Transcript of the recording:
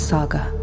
Saga